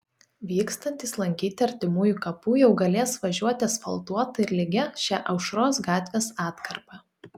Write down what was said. vykstantys lankyti artimųjų kapų jau galės važiuoti asfaltuota ir lygia šia aušros gatvės atkarpa